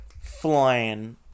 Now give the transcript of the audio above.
flying